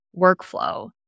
workflow